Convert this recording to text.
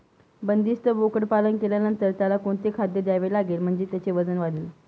बंदिस्त बोकडपालन केल्यानंतर त्याला कोणते खाद्य द्यावे लागेल म्हणजे त्याचे वजन वाढेल?